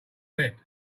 bed